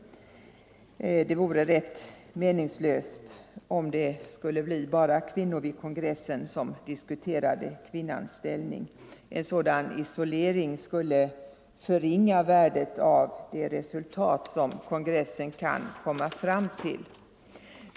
Det vore rätt meningslöst om det vid kongressen bara var kvinnor som diskuterade kvinnans ställning. En sådan isolering skulle förringa värdet av de resultat som kongressen kan komma fram till.